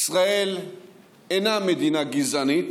ישראל אינה מדינה גזענית,